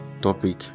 topic